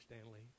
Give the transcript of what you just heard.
Stanley